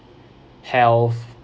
health